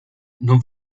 non